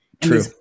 True